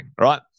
right